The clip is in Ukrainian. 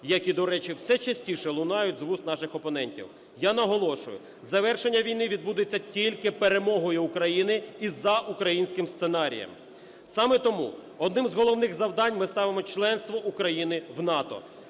які, до речі, все частіше лунають з вуст наших опонентів. Я наголошую: завершення війни відбудеться тільки перемогою України і за українським сценарієм. Саме тому одним з головних завдань ми ставимо членство України в НАТО.